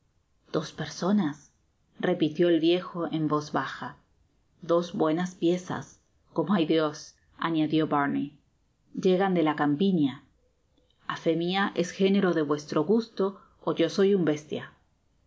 dos personas repitió el viejo en voz baja dos buenas piezas como hay dios añadió barney llegan de la campiña a fé mia es género de vuestro gusto ó yo soy un bestia